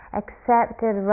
accepted